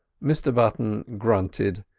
mr button grunted,